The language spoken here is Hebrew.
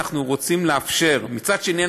מצד שני,